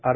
R